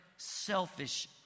selfish